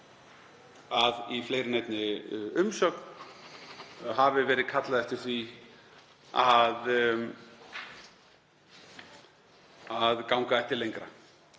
að í fleiri en einni umsögn hafi verið kallað eftir því að ganga ætti lengra.